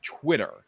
Twitter